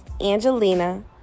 Angelina